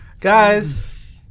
Guys